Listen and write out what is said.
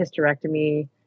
hysterectomy